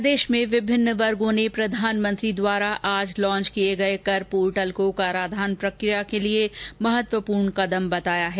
प्रदेश में विभिन्न वर्गों ने प्रधानमंत्री द्वारा आज लाँच किये गये कर पोर्टल को कराधान प्रक्रिया के लिए महत्वपूर्ण कदम बताया है